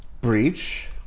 breach